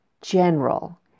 general